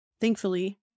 thankfully